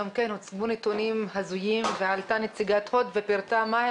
גם כן הוצגו נתונים הזויים ועלתה נציגת הוט ופירטה מה הם